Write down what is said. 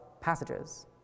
passages